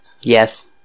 Yes